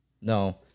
No